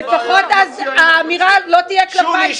לפחות האמירה לא תהיה כלפיי --- שולי,